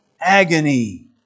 Agony